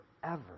forever